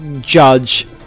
judge